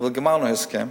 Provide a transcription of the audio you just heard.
אבל גמרנו הסכם,